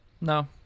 No